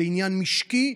בעניין משקי,